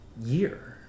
year